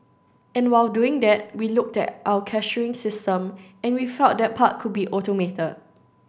and while doing that we looked at our cashiering system and we felt that part could be automated